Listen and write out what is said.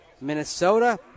Minnesota